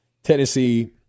Tennessee